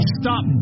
stop